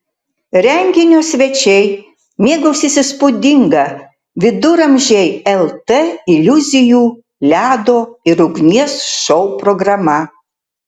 renginio svečiai mėgausis įspūdinga viduramžiai lt iliuzijų ledo ir ugnies šou programa